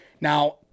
Now